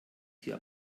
hier